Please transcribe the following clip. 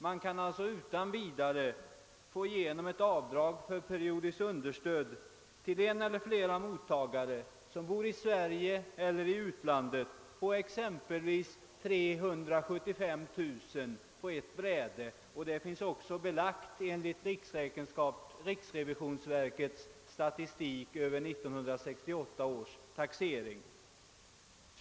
Man kan alltså utan vidare få igenom ett avdrag för periodiskt understöd till en eller flera mottagare i Sverige eller i utlandet på exempelvis 375 000 kronor; detta belopp finns för övrigt belagt i riksrevisionsverkets statistik över 1968 års taxering.